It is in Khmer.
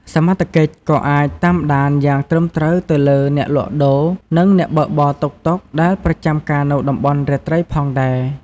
សមត្ថកិច្ច ក៏អាច តាមដាន យ៉ាងត្រឹមត្រូវទៅលើ អ្នកលក់ដូរ និង អ្នកបើកបរតុកតុក ដែលប្រចាំការនៅតំបន់រាត្រីផងដែរ។